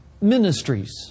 ministries